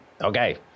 Okay